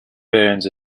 burns